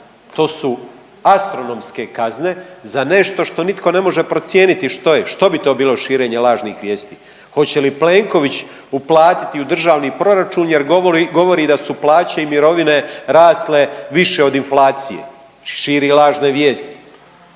to su astronomske kazne za nešto što nitko ne može procijeniti što je, što bi to bilo širenje lažnih vijesti, hoće li Plenković uplatiti u državni proračun jer govori, govori da su plaće i mirovine rasle više od inflacije, znači širi lažne vijesti.